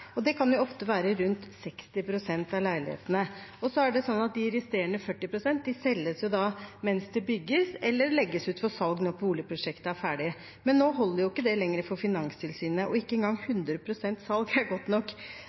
og det kan ofte være rundt 60 pst. av leilighetene. De resterende 40 pst. selges mens de bygges, eller legges ut for salg når boligprosjektet er ferdig. Nå holder ikke det lenger for Finanstilsynet. Ikke engang 100 pst. salg er godt nok.